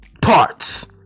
parts